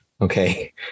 okay